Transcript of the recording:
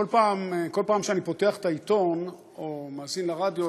כל פעם שאני פותח את העיתון או מאזין לרדיו